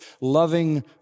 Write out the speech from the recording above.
loving